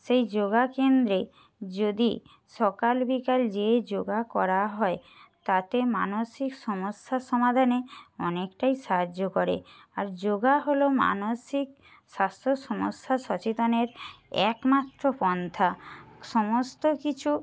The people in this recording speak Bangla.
সেই যোগা কেন্দ্রে যদি সকাল বিকাল যেয়ে যোগা করা হয় তাতে মানসিক সমস্যার সমাধানে অনেকটাই সাহায্য করে আর যোগা হল মানসিক স্বাস্থ্য সমস্যা সচেতনের এক মাত্র পন্থা সমস্ত কিছু